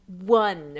one